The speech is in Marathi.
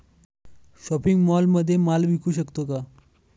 शॉपिंग मॉलमध्ये माल विकू शकतो का?